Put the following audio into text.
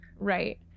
Right